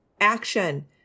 action